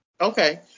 Okay